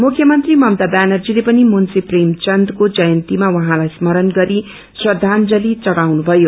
मुख्यमन्त्री ममता व्यानर्जीति पनि मुन्शी प्रेमचन्दको जयन्तीमा उहाँलाई स्मरण गरी श्रद्धांजली दिनुथयो